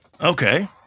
Okay